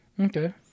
Okay